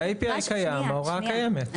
ה-API קיים, ההוראה קיימת.